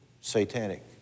satanic